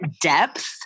depth